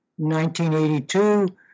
1982